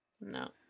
No